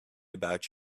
about